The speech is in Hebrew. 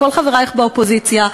כל חברייך באופוזיציה,